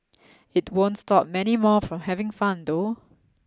it won't stop many more from having fun though